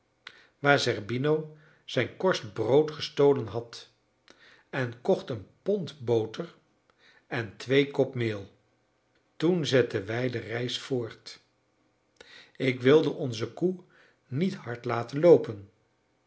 waar zerbino zijn korst brood gestolen had en kocht een pond boter en twee kop meel toen zetten wij de reis voort ik wilde onze koe niet hard laten loopen